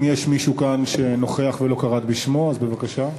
אם יש מישהו כאן שנוכח ולא קראת בשמו, אז בבקשה.